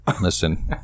Listen